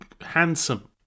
handsome